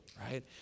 right